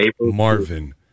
Marvin